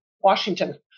Washington